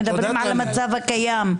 אנחנו מדברים על המצב הקיים.